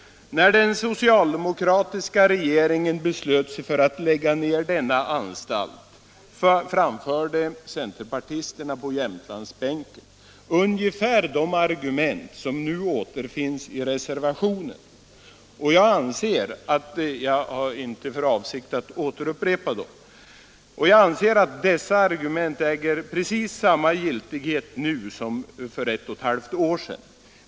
När den socvialdemokratiska regeringen beslöt sig för att lägga ned denna anstalt, framförde centerpartisterna på Jämtlandsbänken ungefär de argument som nu återfinns i reservationen. Jag har inte för avsikt att upprepa dem. Jag anser dock att dessa argument äger precis samma giltighet nu som för ett och ett halvt år sedan.